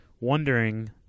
wondering